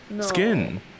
skin